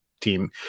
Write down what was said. team